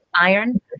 iron